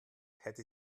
hätte